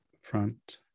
front